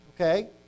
Okay